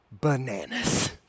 bananas